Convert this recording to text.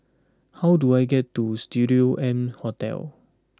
how do I get to Studio M Hotel